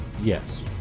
yes